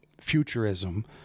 futurism